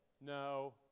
no